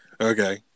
Okay